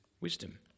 Wisdom